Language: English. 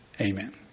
Amen